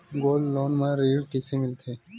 Gold loan म ऋण कइसे मिलथे?